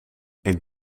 een